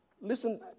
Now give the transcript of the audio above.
listen